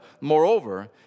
Moreover